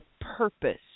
purpose